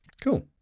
cool